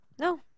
No